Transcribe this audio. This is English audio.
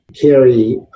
carry